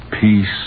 peace